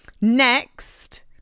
next